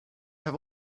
have